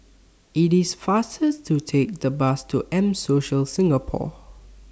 IT IS faster to Take The Bus to M Social Singapore